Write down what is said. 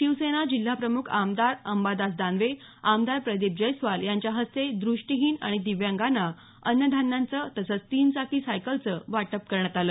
शिवसेना जिल्हाप्रमुख आमदार अंबादास दानवे आमदार प्रदीप जैस्वाल यांच्या हस्ते दृष्टीहीन आणि दिव्यांगांना अन्न धान्याचं तसंच तीन चाकी सायकलचं वाटप करण्यात आलं